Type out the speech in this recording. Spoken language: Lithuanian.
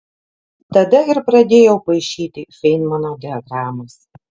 tada ir pradėjau paišyti feinmano diagramas